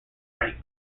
frank